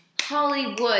Hollywood